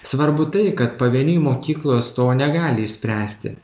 svarbu tai kad pavieniui mokyklos to negali spręsti